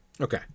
Okay